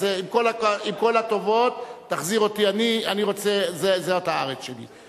עם כל הטובות, תחזיר אותי, זאת הארץ שלי.